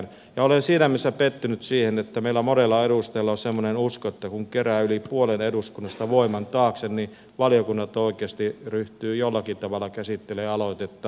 ja olen siinä mielessä pettynyt siihen että meillä monella edustajalla on semmoinen usko että kun kerää yli puolen eduskunnan voiman taakse niin valiokunnat oikeasti ryhtyvät jollakin tavalla käsittelemään aloitetta